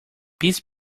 peace